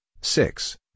six